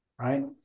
right